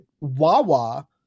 Wawa